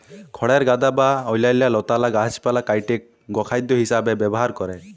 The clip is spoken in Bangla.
খড়ের গাদা বা অইল্যাল্য লতালা গাহাচপালহা কাইটে গখাইদ্য হিঁসাবে ব্যাভার ক্যরে